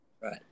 Right